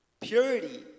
purity